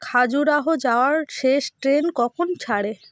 খাজুরাহো যাওয়ার শেষ ট্রেন কখন ছাড়ে